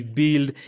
build